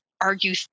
argue